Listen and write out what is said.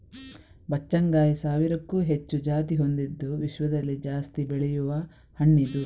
ಬಚ್ಚಗಾಂಯಿ ಸಾವಿರಕ್ಕೂ ಹೆಚ್ಚು ಜಾತಿ ಹೊಂದಿದ್ದು ವಿಶ್ವದಲ್ಲಿ ಜಾಸ್ತಿ ಬೆಳೆಯುವ ಹಣ್ಣಿದು